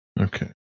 Okay